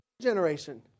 generation